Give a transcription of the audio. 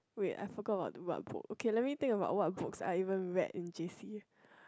wait I forgot about what book okay let me think about what book I even read in j_c